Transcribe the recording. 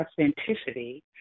authenticity